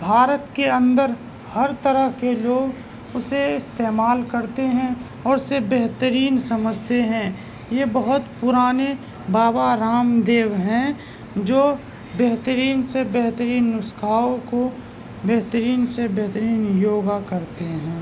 بھارت کے اندر ہر طرح کے لوگ اسے استعمال کرتے ہیں اور اسے بہترین سمجھتے ہیں یہ بہت پرانے بابا رام دیو ہیں جو بہترین سے بہترین نسخوں کو بہترین سے بہترین یوگا کرتے ہیں